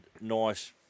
nice